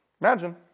Imagine